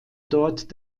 dort